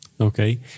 Okay